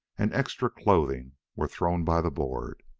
and extra clothing were thrown by the board.